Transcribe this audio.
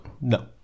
No